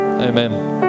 Amen